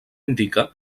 indica